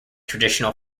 traditional